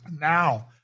Now